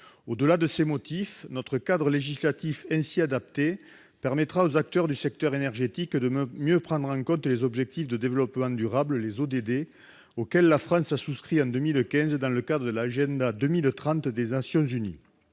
Ainsi adapté, notre cadre législatif permettra aux acteurs du secteur énergétique de mieux prendre en compte les objectifs de développement durable, les ODD, auxquels la France a souscrit en 2015 dans le cadre de l'agenda 2030 des Nations unies.